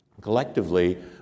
collectively